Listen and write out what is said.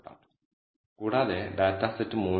0 ആണ് അതായത് β1 പ്രാധാന്യമുള്ളതാണ്